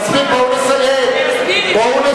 בואו נסיים כבר.